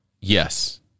Yes